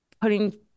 putting